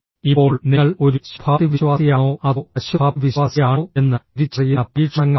ഇപ്പോൾ നിങ്ങൾ ഒരു ശുഭാപ്തിവിശ്വാസിയാണോ അതോ അശുഭാപ്തിവിശ്വാസിയാണോ എന്ന് തിരിച്ചറിയുന്ന പരീക്ഷണങ്ങളാണിവ